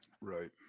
Right